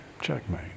Checkmate